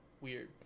weird